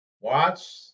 Watch